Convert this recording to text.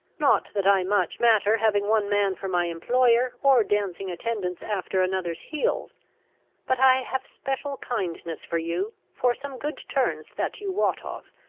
not that i much matter having one man for my employer, or dancing attendance after another's heels but i have special kindness for you, for some good turns that you wot of,